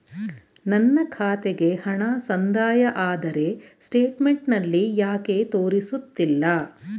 ನನ್ನ ಖಾತೆಗೆ ಹಣ ಸಂದಾಯ ಆದರೆ ಸ್ಟೇಟ್ಮೆಂಟ್ ನಲ್ಲಿ ಯಾಕೆ ತೋರಿಸುತ್ತಿಲ್ಲ?